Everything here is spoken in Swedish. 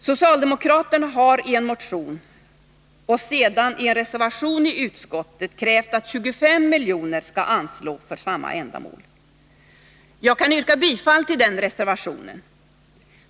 Socialdemokraterna har i en motion, och sedan i en reservation i utskottet, krävt att 25 milj.kr. skall anslås för samma ändamål. Jag kan yrka bifall till den reservationen.